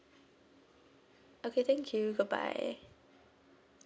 okay thank you bye bye